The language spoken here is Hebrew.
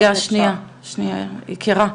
רגע, שניה יקירה.